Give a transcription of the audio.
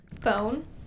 Phone